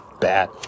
bad